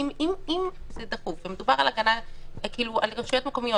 אם זה דחוף ומקובל על רשויות מקומיות